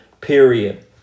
period